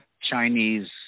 Chinese